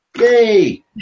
yay